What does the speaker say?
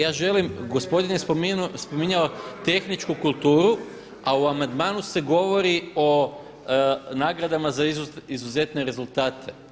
Ja želim, gospodin je spominjao tehničku kulturu, a u amandmanu se govori o nagradama za izuzetne rezultate.